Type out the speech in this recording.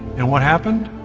and what happened?